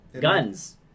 guns